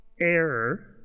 error